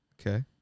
Okay